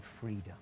freedom